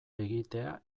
egitea